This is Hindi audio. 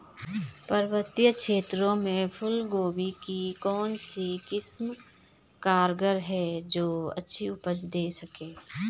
पर्वतीय क्षेत्रों में फूल गोभी की कौन सी किस्म कारगर है जो अच्छी उपज दें सके?